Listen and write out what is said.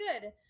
good